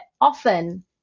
often